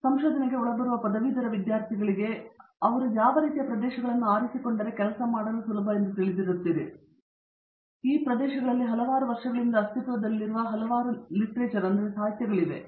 ಹಾಗಾಗಿ ಒಳಬರುವ ಪದವೀಧರ ವಿದ್ಯಾರ್ಥಿಗಳು ಈ ರೀತಿಯ ಪ್ರದೇಶಗಳನ್ನು ಅವರು ಆರಿಸಿಕೊಂಡರೆ ನೀವು ಕೆಲಸ ಮಾಡಲು ತಿಳಿದಿರುತ್ತೀರಿ ಈ ಪ್ರದೇಶಗಳಲ್ಲಿ ಹಲವಾರು ವರ್ಷಗಳ ಹಿಂದೆ ಅಸ್ತಿತ್ವದಲ್ಲಿರುವ ಹಲವಾರು ಸಾಹಿತ್ಯಗಳಿವೆ